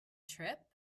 trip